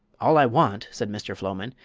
all i want, said mr. floman,